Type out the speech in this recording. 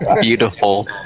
Beautiful